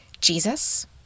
Jesus